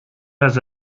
has